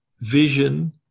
vision